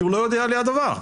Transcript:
שהוא לא יודע עליה דבר.